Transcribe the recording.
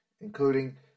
Including